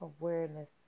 Awareness